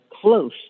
close